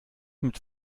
mit